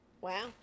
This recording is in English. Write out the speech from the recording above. Wow